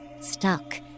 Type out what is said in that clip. stuck